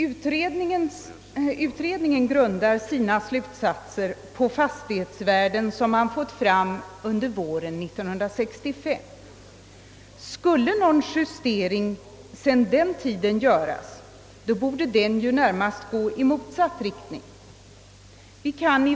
Utredningen grundar sina slutsatser på fastighetsvärden som erhållits under våren: 1965. Skulle någon justering därefter göras borde den närmast ske i motsatt riktning.